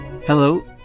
Hello